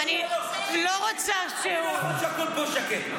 --- אני לא רוצה שהוא ------ הכול פה שקט.